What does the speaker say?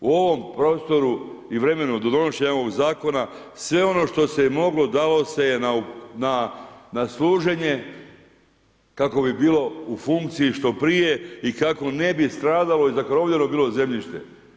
U ovom prostoru i vremenu do donošenja ovoga zakona sve ono što se moglo, dalo se je na služenje kako bi bilo u funkciji što prije i kako ne bi stradalo i zakorovljeno bilo zemljište.